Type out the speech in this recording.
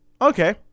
Okay